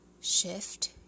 shift